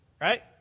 Right